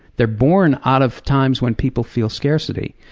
they're born out of times when people feel scarcity.